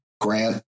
grant